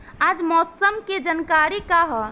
आज मौसम के जानकारी का ह?